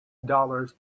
dollars